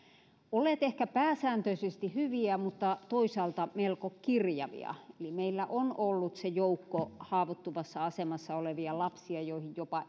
olleet ehkä pääsääntöisesti hyviä mutta toisaalta melko kirjavia eli meillä on ollut se joukko haavoittuvassa asemassa olevia lapsia joihin jopa